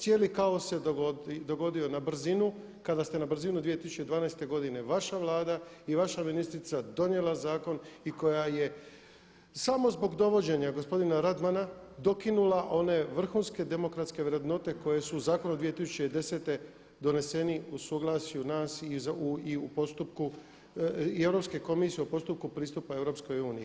Cijeli kaos se dogodio na brzinu kada ste na brzinu 2012. godine vaša Vlada i vaša ministrica donijela zakon i koja je samo zbog dovođenja gospodina Radmana dokinula one vrhunske demokratske vrednote koje su u zakonu 2010. doneseni u suglasju nas i u postupku i Europske komisije u postupku pristupa Europskoj uniji.